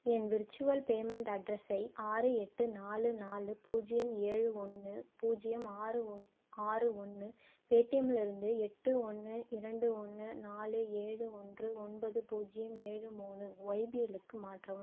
என் virtual payment அட்ரஸை ஆறு எட்டு நாலு நாலு பூஜ்ஜியம் ஏழு ஒன்று பூஜ்ஜியம் ஆறு ஆறு ஒன்று பேடிஎம்லேருந்து எட்டு ஒன்று இரண்டு ஒன்று நாலு ஏழு ஒன்று ஒன்பது பூஜ்ஜியம் ஏழு மூணு ஒய்பிஎல்லுக்கு மாற்றவும்